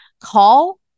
Call